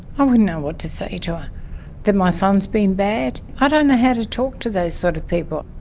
i wouldn't know what to say to her. ah that my son's been bad? i don't know how to talk to those sort of people.